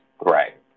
Right